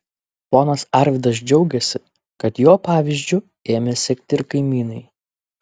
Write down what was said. ponas arvydas džiaugėsi kad jo pavyzdžiu ėmė sekti ir kaimynai